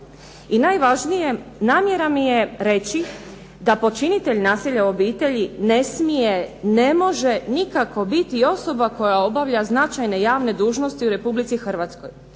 i najvažnije namjera mi je reći da počinitelj nasilja u obitelji ne smije, ne može nikako biti osoba koja obavlja značajne javne dužnosti u Republici Hrvatskoj.